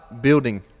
building